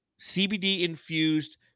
CBD-infused